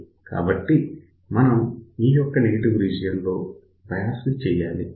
కాబట్టి మనం ఈ యొక్క నెగెటివ్ రీజియన్ లో బయాస్ చేయాలి